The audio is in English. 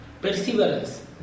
Perseverance